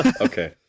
okay